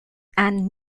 and